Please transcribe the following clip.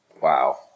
Wow